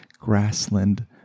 grassland